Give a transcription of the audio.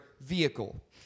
vehicle